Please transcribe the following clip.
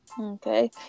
Okay